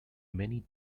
many